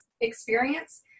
experience